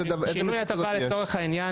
שינוי הטבה לצורך העניין,